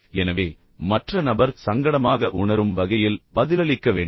எனவே மற்ற நபர் சங்கடமாக உணரும் வகையில் பதிலளிக்க வேண்டாம்